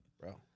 Bro